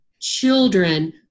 children